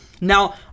Now